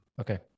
Okay